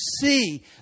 see